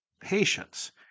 patience